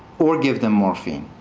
or give them morphine.